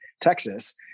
Texas